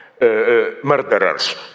murderers